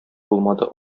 булмады